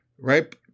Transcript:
Right